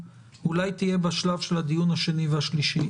אולי תהיה בשלב של הדיון על הקריאה השנייה והשלישית.